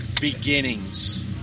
beginnings